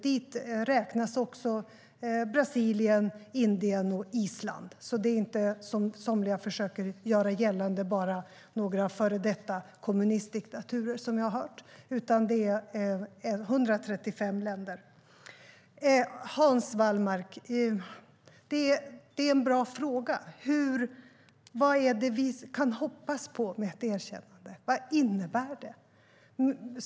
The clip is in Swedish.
Dit räknas också Brasilien, Indien och Island. Det är alltså inte, som somliga försöker göra gällande, bara några före detta kommunistdiktaturer, som vi har hört, utan det är 135 länder. Hans Wallmark, det är en bra fråga vad det är vi kan hoppas på med ett erkännande. Vad innebär det?